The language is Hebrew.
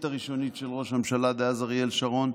הראשונית של ראש הממשלה דאז אריאל שרון,